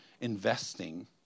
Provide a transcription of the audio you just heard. investing